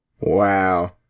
Wow